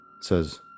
says